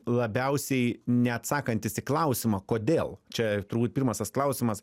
labiausiai neatsakantis į klausimą kodėl čia turbūt pirmas tas klausimas